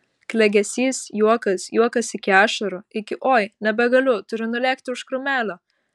klegesys juokas juokas iki ašarų iki oi nebegaliu turiu nulėkti už krūmelio